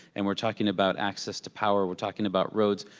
and we're talking about access to power. we're talking about roads.